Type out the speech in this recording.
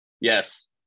yes